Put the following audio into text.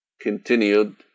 continued